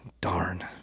Darn